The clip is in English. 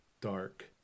dark